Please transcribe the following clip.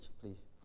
please